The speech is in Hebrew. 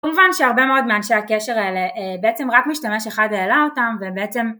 כמובן שהרבה מאוד מאנשי הקשר האלה בעצם רק משתמש אחד העלה אותם ובעצם..